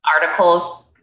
articles